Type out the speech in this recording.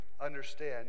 understand